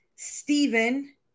Stephen